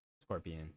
scorpion